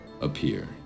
appear